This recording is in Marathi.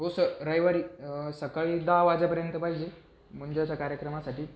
हो सर रविवारी सकाळी दहा वाजेपर्यंत पाहिजे मुंजीच्या कार्यक्रमासाठी